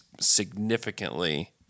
significantly